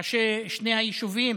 ראשי שני היישובים